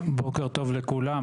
בוקר טוב לכולם,